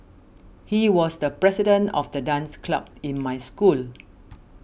he was the president of the dance club in my school